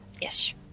Yes